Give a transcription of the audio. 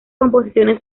composiciones